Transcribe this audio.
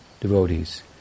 devotees